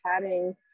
chatting